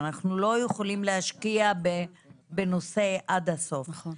שאנחנו יכולים להשקיע בנושא עד הסוף.